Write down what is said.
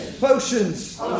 potions